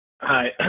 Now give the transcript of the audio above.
Hi